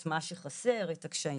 את מה שחסר ואת הקשיים.